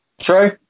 True